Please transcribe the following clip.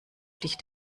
dich